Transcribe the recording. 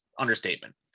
understatement